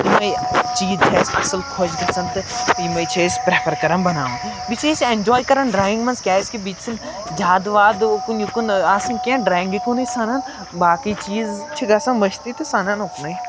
یِمَے چیٖز چھِ اَسہِ اَصٕل خۄش گژھان تہٕ تہٕ یِمَے چھِ أسۍ پرٛٮ۪فَر کَران بَناوٕنۍ بیٚیہِ چھِ أسۍ اٮ۪نجاے کَران ڈرٛایِنٛگ منٛز کیٛازِکہِ بیٚیہِ چھُنہٕ زیادٕ وادٕ اُکُن یِکُن آسان کینٛہہ ڈرٛایِنٛگہِ کُنٕے سَنان باقٕے چیٖز چھِ گژھان مٔشتٕے تہٕ سَنان اُکنٕے